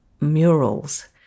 murals